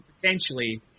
potentially